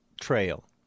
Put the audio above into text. trail